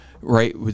right